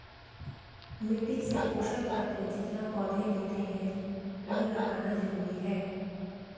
मिट्टी से पोषक तत्व जितना पौधे लेते है, वह लौटाना जरूरी है